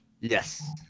yes